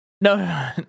No